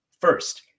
First